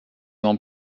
ans